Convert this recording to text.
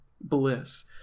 bliss